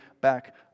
back